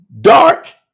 Dark